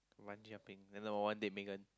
bungee jumping no one date Megan